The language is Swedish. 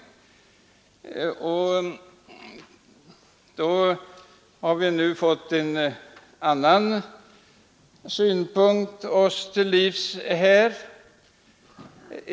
Vi har nu fått oss till livs en annan synpunkt.